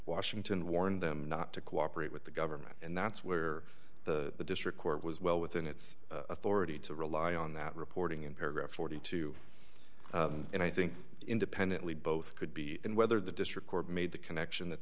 washington warned them not to cooperate with the government and that's where the district court was well within its authority to rely on that reporting in paragraph forty two and i think independently both could be and whether the district court made the connection that